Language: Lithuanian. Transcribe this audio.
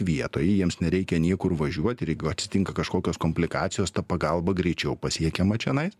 vietoj jiems nereikia niekur važiuoti ir jeigu atsitinka kažkokios komplikacijos ta pagalba greičiau pasiekiama čionais